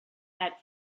that